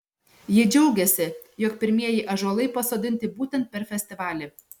ji džiaugėsi jog pirmieji ąžuolai pasodinti būtent per festivalį